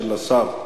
של השר?